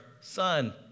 son